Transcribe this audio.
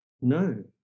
no